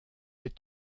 les